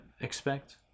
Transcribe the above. expect